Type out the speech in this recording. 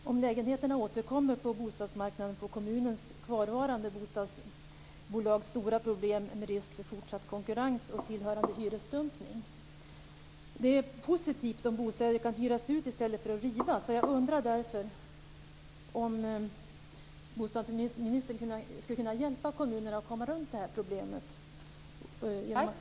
Om lägenheterna återkommer på bostadsmarknaden får kommunens kvarvarande bostadsbolag stora problem med risk för fortsatt konkurrens och tillhörande hyresdumpning. Det är positivt om bostäder kan hyras ut i stället för att rivas, och jag undrar därför om bostadsministern skulle kunna hjälpa kommunerna att komma runt det här problemet.